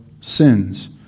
Sins